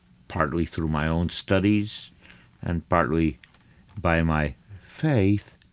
partly through my own studies and partly by my faith.